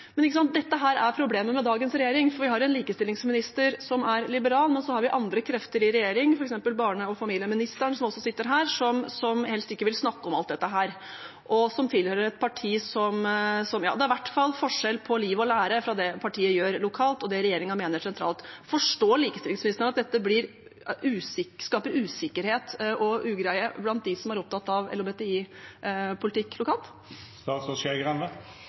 Men dette er problemet med dagens regjering. Vi har en likestillingsminister som er liberal, men vi har andre krefter i regjeringen, f.eks. barne- og familieministeren, som også sitter her, som helst ikke vil snakke om alt dette. Han tilhører et parti der det i hvert fall er forskjell på liv og lære – på det partiet gjør lokalt, og det regjeringen mener sentralt. Forstår likestillingsministeren at dette skaper usikkerhet og ugreie blant dem som er opptatt av LHBTI-politikk lokalt?